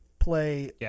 play